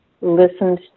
listened